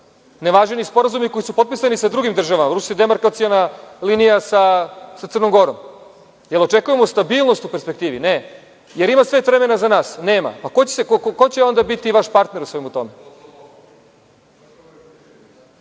Ne važe ni sporazumi koji su potpisani sa drugim državama: demarkaciona linija sa Crnom Gorom. Da li očekujemo stabilnost u perspektivi? Ne. Da li svet ima vremena za nas? Nema. Ko će onda biti vaš partner u svemu